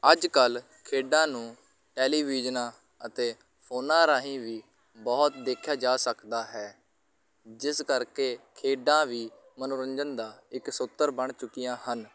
ਅੱਜ ਕੱਲ੍ਹ ਖੇਡਾਂ ਨੂੰ ਟੈਲੀਵਿਜ਼ਨਾਂ ਅਤੇ ਫੋਨਾਂ ਰਾਹੀਂ ਵੀ ਬਹੁਤ ਦੇਖਿਆ ਜਾ ਸਕਦਾ ਹੈ ਜਿਸ ਕਰਕੇ ਖੇਡਾਂ ਵੀ ਮੰਨੋਰੰਜਨ ਦਾ ਇੱਕ ਸੂਤਰ ਬਣ ਚੁੱਕੀਆਂ ਹਨ